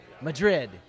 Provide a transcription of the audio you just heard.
Madrid